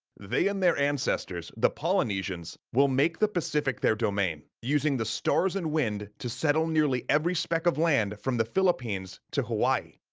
they and their ancestors, the polynesians, will make the pacific their domain, using the stars and wind to settle nearly every speck of land from the philippines to hawaii.